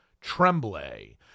Tremblay